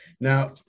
Now